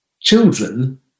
Children